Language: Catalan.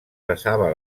besava